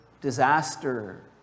disaster